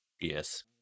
Yes